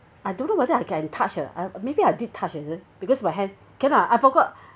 I don't know whether I can touch ah maybe I did touch is it because my hand can lah I forgot